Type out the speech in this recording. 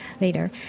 later